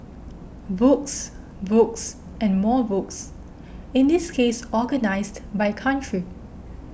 books books and more books in this case organised by country